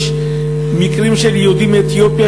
יש מקרים של יהודים מאתיופיה,